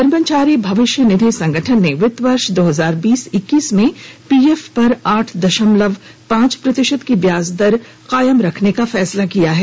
कर्मचारी भविष्य निधि संगठन ने वित्त वर्ष दो हजार बीस इक्कीस में पीएफ पर आठ दशमलव पांच प्रतिशत की ब्याज दर कायम रखने का फैसला किया है